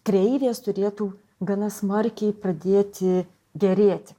kreivės turėtų gana smarkiai pradėti gerėti